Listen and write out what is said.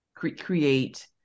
create